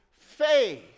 faith